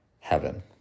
heaven